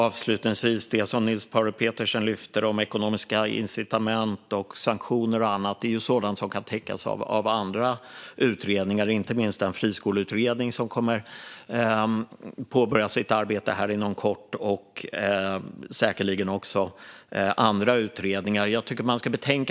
Avslutningsvis är det som Niels Paarup-Petersen lyfter om ekonomiska incitament, sanktioner och annat sådant som kan täckas av andra utredningar, inte minst den friskoleutredning som kommer att påbörja sitt arbete inom kort och säkerligen också andra utredningar.